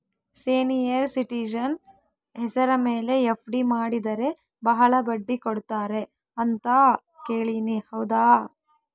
Senior citizen ಹೆಸರ ಮೇಲೆ FD ಮಾಡಿದರೆ ಬಹಳ ಬಡ್ಡಿ ಕೊಡ್ತಾರೆ ಅಂತಾ ಕೇಳಿನಿ ಹೌದಾ?